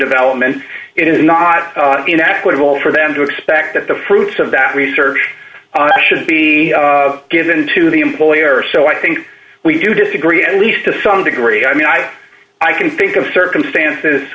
development it is not an equitable for them to expect that the fruits of that research should be given to the employer so i think we do disagree at least to some degree i mean i i can think of circumstances